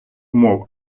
умов